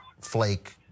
Flake